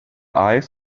eyes